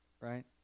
right